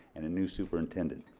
and a new superintendent.